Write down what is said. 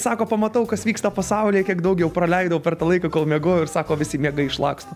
sako pamatau kas vyksta pasaulyje kiek daug jau praleidau per tą laiką kol miegojau ir sako visi miegai išlaksto